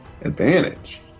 advantage